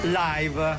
live